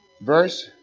verse